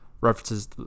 references